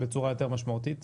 בצורה יותר משמעותית.